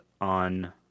on